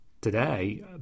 today